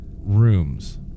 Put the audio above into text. rooms